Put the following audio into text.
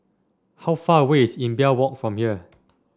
how far away is Imbiah Walk from here